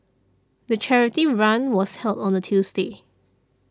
the charity run was held on a Tuesday